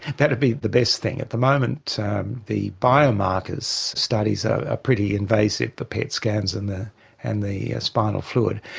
that would be the best thing. at the moment the biomarkers studies are ah pretty invasive, the pet scans and the and the spinal fluid.